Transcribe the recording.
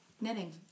knitting